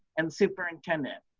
and superintendent.